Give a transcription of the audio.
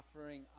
offering